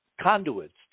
conduits